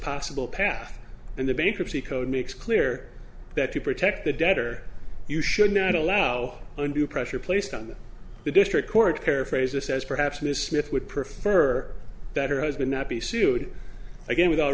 possible path and the bankruptcy code makes clear that to protect the debtor you should not allow undue pressure placed on the district court care fraser says perhaps miss smith would prefer that her husband not be sued again without